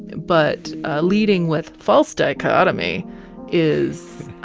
but leading with false dichotomy is